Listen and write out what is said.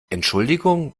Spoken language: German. entschuldigung